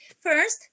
first